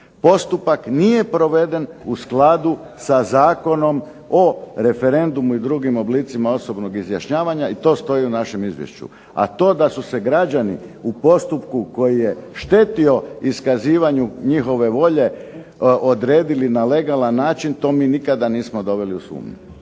Postupak nije proveden u skladu sa Zakonom o referendumu i drugim oblicima osobnog izjašnjavanja, i to stoji u našem izvješću, a to da su se građani u postupku koji je štetio iskazivanju njihove volje odredili na legalan način, to mi nikada nismo doveli u sumnju.